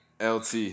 LT